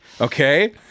okay